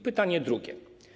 Pytanie drugie.